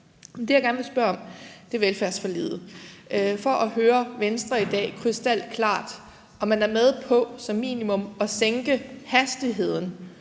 Det, jeg gerne vil spørge om, er velfærdsforliget. Jeg vil høre Venstre i dag – krystalklart – om man er med på som minimum at sænke hastigheden,